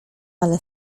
ale